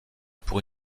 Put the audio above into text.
pour